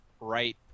right